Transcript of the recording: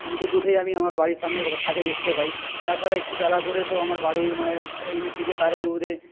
ঘুম থেকে উঠেই আমি আমার বাড়ির সামনে বা ছাদে দেখতে পাই তাছাড়া একটু বেলা করে তো আমার বাড়ির মানে এই ইলেকটিকের তারের উপরে